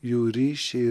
jų ryšį